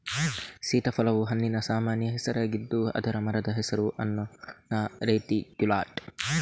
ಸೀತಾಫಲವು ಹಣ್ಣಿಗೆ ಸಾಮಾನ್ಯ ಹೆಸರಾಗಿದ್ದು ಅದರ ಮರದ ಹೆಸರು ಅನ್ನೊನಾ ರೆಟಿಕ್ಯುಲಾಟಾ